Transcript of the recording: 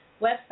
website